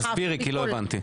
תסבירי כי לא הבנתי.